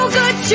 good